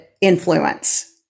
influence